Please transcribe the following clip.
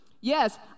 yes